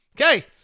okay